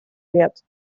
лет